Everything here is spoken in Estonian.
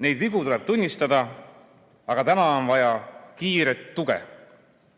Neid vigu tuleb tunnistada, aga täna on vaja kiiret tuge.